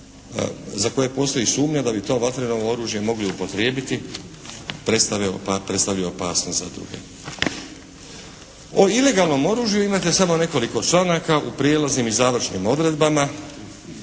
za koje postoji sumnja da bi to vatreno oružje mogli upotrijebiti predstavi opasnost za druge. O ilegalnom oružju imate samo nekoliko članaka u prijelaznim i završnim odredbama